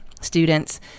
students